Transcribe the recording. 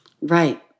Right